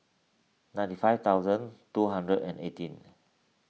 ninety five thousand two hundred and eighteen